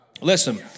Listen